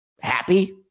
happy